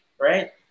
right